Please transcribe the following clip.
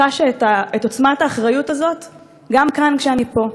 חשה את עוצמת האחריות הזאת גם כאן, כשאני פה.